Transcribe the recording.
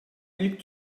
ilk